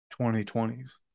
2020s